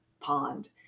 pond